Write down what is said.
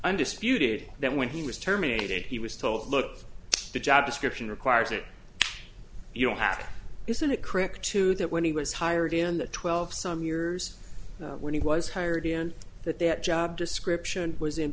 undisputed that when he was terminated he was told look the job description requires it you don't have isn't it correct to that when he was hired in the twelve some years when he was hired in that that job description was in